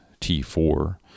T4